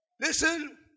Listen